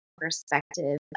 perspective